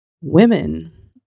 women